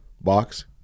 box